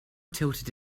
tilted